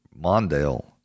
Mondale